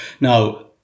Now